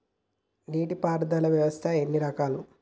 నీటి పారుదల వ్యవస్థ ఎన్ని రకాలు?